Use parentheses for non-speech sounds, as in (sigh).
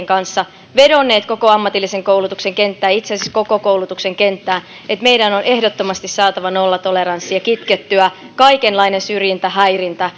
(unintelligible) kanssa vedonneet koko ammatillisen koulutuksen kenttään itse asiassa koko koulutuksen kenttään että meidän on ehdottomasti saatava nollatoleranssi ja kitkettyä kaikenlainen syrjintä ja häirintä (unintelligible)